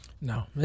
No